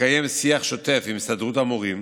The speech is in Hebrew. לקיים שיח שוטף עם הסתדרות המורים.